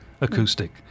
acoustic